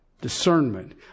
Discernment